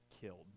killed